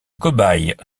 cobaye